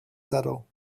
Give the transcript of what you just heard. settle